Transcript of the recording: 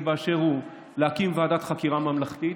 באשר הוא להקים ועדת חקירה ממלכתית,